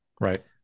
right